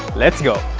let's go!